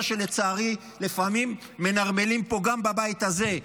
שלצערי לפעמים מנרמלים פה גם בבית הזה,